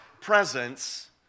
presence